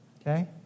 Okay